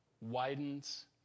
widens